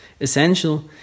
Essential